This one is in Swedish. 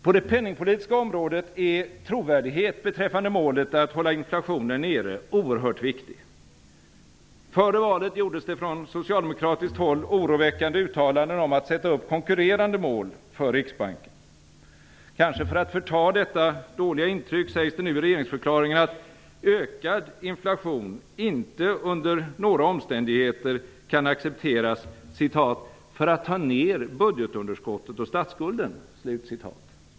På det penningpolitiska området är trovärdighet beträffande målet att hålla nere inflationen oerhört viktig. Före valet gjordes det från socialdemokratiskt håll oroväckande uttalanden om att sätta upp konkurrerande mål för Riksbanken. Kanske för att förta detta dåliga intryck sägs det nu i regeringsförklaringen att ökad inflation inte under några omständigheter kan accepteras "för att ta ned budgetunderskottet och statsskulden".